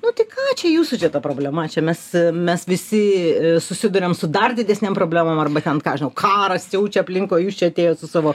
nu tai ką čia jūsų čia ta problema čia mes mes visi susiduriam su dar didesnėm problemom ten ką aš žinau karas siaučia aplinkui o jūs čia atėjot su savo